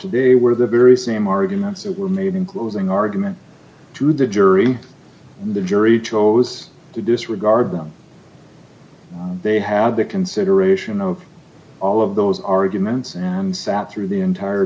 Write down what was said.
today were the very same arguments that were made in closing argument to the jury the jury chose to disregard them they had the consideration of all of those arguments and sat through the entire